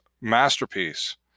masterpiece